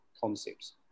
concepts